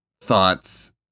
thoughts